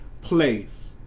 place